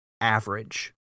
average